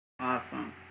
Awesome